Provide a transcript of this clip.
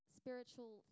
spiritual